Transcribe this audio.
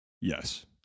Yes